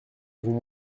avons